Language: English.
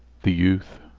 the youth,